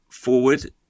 forward